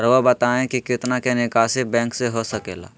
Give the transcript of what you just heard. रहुआ बताइं कि कितना के निकासी बैंक से हो सके ला?